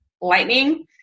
lightning